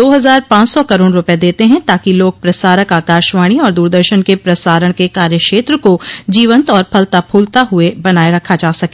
दो हजार पांच सौ करोड़ रुपए देते हैं ताकि लोक प्रसारक आकाशवाणी और दूरदर्शन के प्रसारण के कार्यक्षेत्र को जीवंत और फलता फूलता हुआ बनाए रखा जा सके